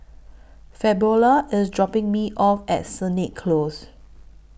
Fabiola IS dropping Me off At Sennett Close